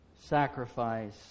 sacrifice